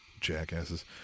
jackasses